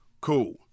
Cool